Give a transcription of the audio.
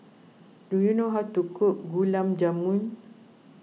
do you know how to cook Gulab Jamun